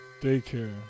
Daycare